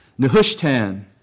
Nehushtan